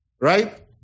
right